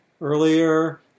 earlier